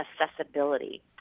accessibility